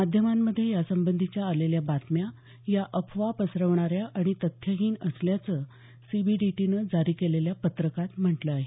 माध्यमांमध्ये यासबंधीच्या आलेल्या बातम्या या अफवा पसरवणाऱ्या आणि तथ्यहीन असल्याचं सीबीडीटीनं जारी केलेल्या पत्रकात म्हटलं आहे